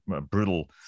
brutal